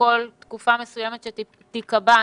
וכל תקופה מסוימת שתקבע,